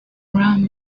around